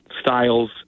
styles